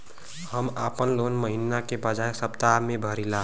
हम आपन लोन महिना के बजाय सप्ताह में भरीला